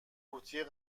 قوطی